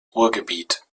ruhrgebiet